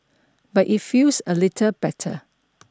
but it feels a little better